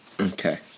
Okay